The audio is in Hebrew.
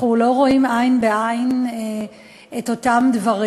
אנחנו לא רואים עין בעין את הדברים,